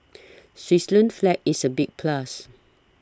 Switzerland's flag is a big plus